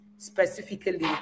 specifically